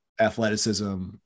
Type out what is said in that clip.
athleticism